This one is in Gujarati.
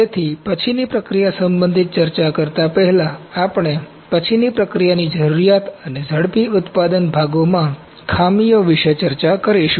તેથી પછીની પ્રક્રિયા સંબંધિત ચર્ચા કરતા પહેલા આપણે પછીની પ્રક્રિયાની જરૂરિયાત અને ઝડપી ઉત્પાદન ભાગોમાં ખામીઓ વિશે ચર્ચા કરીશું